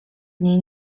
dni